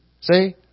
See